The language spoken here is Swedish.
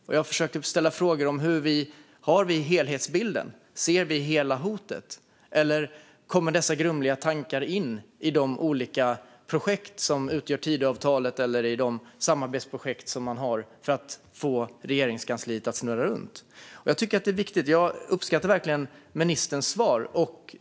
Jag har försökt ställa frågor som: Har vi helhetsbilden? Ser vi hela hotet? Eller kommer dessa grumliga tankar in i de olika projekt som utgör Tidöavtalet eller i de samarbetsprojekt som man har för att få Regeringskansliet att snurra runt? Jag tycker att det här är viktigt, och jag uppskattar verkligen ministerns svar.